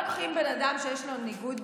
לא לוקחים בן אדם שיש לו ניגוד